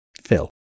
Phil